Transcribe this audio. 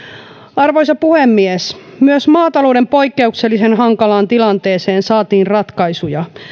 arvoisa puhemies myös maatalouden poikkeuksellisen hankalaan tilanteeseen saatiin ratkaisuja